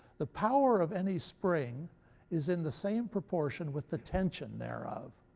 the power of any spring is in the same proportion with the tension thereof.